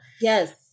Yes